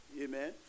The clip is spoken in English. Amen